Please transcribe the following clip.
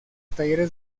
talleres